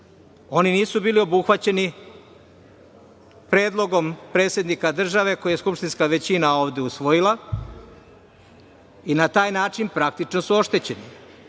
oni nisu bili obuhvaćeni predlogom predsednika države koji je skupštinska većina ovde usvojila i na taj način su praktično oštećeni.